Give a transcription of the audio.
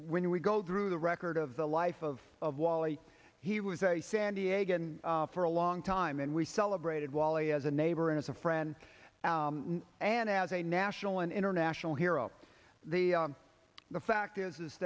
when we go through the record of the life of of wally he was a san diego for a long time and we celebrated wally as a neighbor and as a friend and as a national and international hero the fact is is